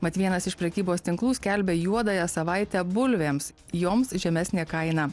mat vienas iš prekybos tinklų skelbia juodąją savaitę bulvėms joms žemesnė kaina